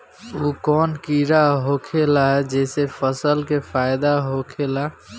उ कौन कीड़ा होखेला जेसे फसल के फ़ायदा होखे ला?